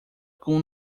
com